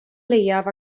leiaf